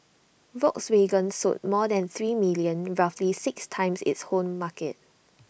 Volkswagen sold more than three million roughly six times its home market